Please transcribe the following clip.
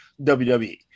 WWE